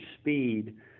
speed